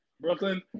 Brooklyn